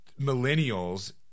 millennials